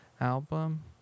album